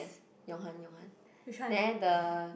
Yong-Han Yong-Han the